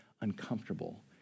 uncomfortable